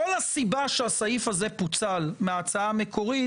כל הסיבה שהסעיף הזה פוצל מההצעה המקורית,